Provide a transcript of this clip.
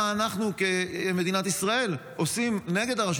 מה אנחנו כמדינת ישראל עושים נגד הרשות